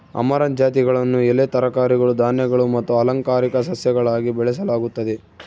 amaranth ಜಾತಿಗಳನ್ನು ಎಲೆ ತರಕಾರಿಗಳು ಧಾನ್ಯಗಳು ಮತ್ತು ಅಲಂಕಾರಿಕ ಸಸ್ಯಗಳಾಗಿ ಬೆಳೆಸಲಾಗುತ್ತದೆ